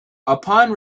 upon